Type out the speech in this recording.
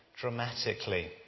dramatically